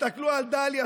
תסתכלו על דליה,